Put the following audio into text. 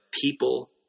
people